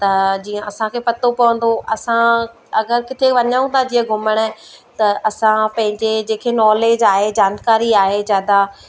त जीअं असांखे पतो पवंदो असां अगरि किथे वञूं था जीअं घुमण त असां पंहिंजे जेके नॉलेज आहे जानकारी आहे ज़्यादा